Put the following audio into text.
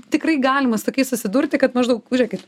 tikrai galima su tokiais susidurti kad maždaug žiūrėkit